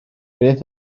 beth